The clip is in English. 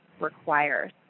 requires